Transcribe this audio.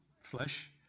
flesh